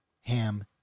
Ham